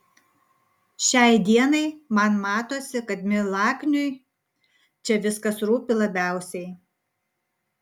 šiai dienai man matosi kad milakniui čia viskas rūpi labiausiai